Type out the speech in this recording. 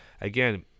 Again